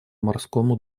морскому